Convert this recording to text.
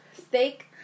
steak